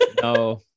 no